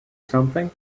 something